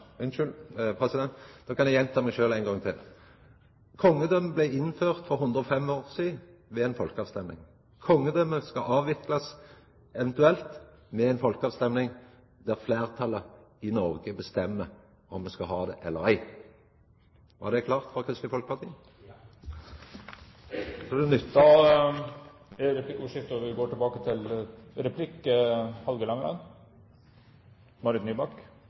blei innført for 105 år sidan ved ei folkeavstemming. Kongedømmet skal avviklast, eventuelt, ved ei folkeavstemming, der fleirtalet i Noreg bestemmer om me skal ha det eller ei. Var det klart for Kristeleg Folkeparti? Ja. Jeg er nå litt i tvil om hva det er SV egentlig mener, fordi det Langeland sier, er at SV går